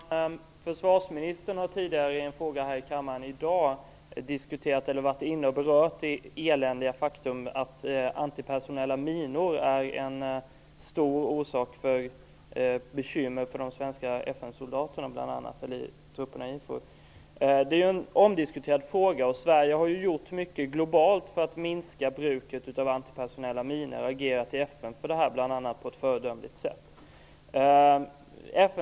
Fru talman! Försvarsministern har tidigare i en fråga här i kammaren i dag berört det eländiga faktum att antipersonella minor är ett stort bekymmer för bl.a. de svenska FN-soldaterna och IFOR-trupperna. Det är en omdiskuterad fråga. Sverige har gjort mycket globalt för att minska bruket av antipersonella minor och bl.a. på ett föredömligt sätt agerat i FN för detta.